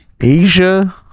Asia